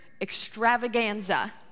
extravaganza